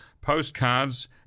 postcards